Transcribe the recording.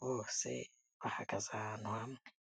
bose bahagaze ahantu hamwe.